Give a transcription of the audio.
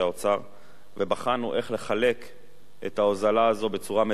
ובחנו איך לחלק את ההוזלה הזאת בצורה מיטבית.